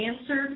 answered